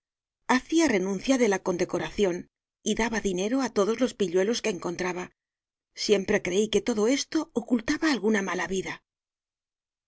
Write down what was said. hacia renuncia de la condecoracion y daba dinero á todos los pilludos que encontraba siempre creí que todo esto ocultaba alguna mala vida